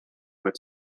but